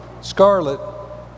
scarlet